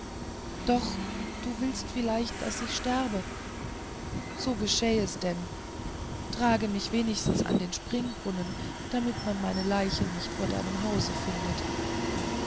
doch du willst vielleicht daß ich sterbe so geschähe es denn trage mich wenigstens an den springbrunnen damit man meine leiche nicht vor deinem hause finde